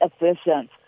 efficient